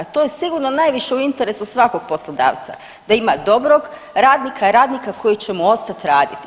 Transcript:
To je sigurno najviše u interesu svakog poslodavca da ima dobrog radnika i radnika koji će mu ostati raditi.